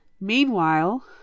Meanwhile